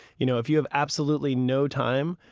you know if you have absolutely no time,